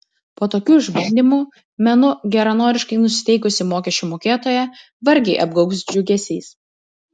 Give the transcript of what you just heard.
po tokių išbandymų menu geranoriškai nusiteikusį mokesčių mokėtoją vargiai apgaubs džiugesys